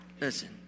Listen